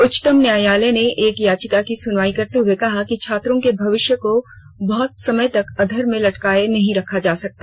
उच्चतम न्यादयालय ने एक याचिका की सुनवाई करते हए कहा कि छात्रों के भविष्य को बहुत समय तक अधर में लटकाए नहीं रखा जा सकता